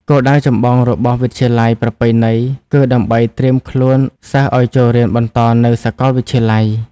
គោលដៅចម្បងរបស់វិទ្យាល័យប្រពៃណីគឺដើម្បីត្រៀមខ្លួនសិស្សឱ្យចូលរៀនបន្តនៅសាកលវិទ្យាល័យ។